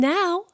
now